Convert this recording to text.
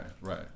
Right